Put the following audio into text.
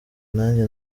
nanjye